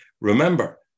Remember